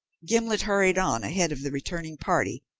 gimblet hurried on ahead of the returning party,